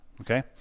okay